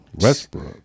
Westbrook